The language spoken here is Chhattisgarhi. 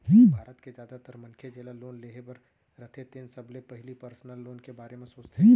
भारत के जादातर मनखे जेला लोन लेहे बर रथे तेन सबले पहिली पर्सनल लोन के बारे म सोचथे